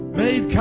made